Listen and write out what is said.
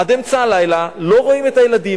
עד אמצע הלילה, לא רואים את הילדים.